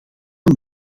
een